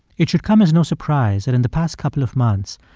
it should come as no surprise that in the past couple of months,